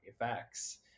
effects